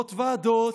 עשרות ועדות,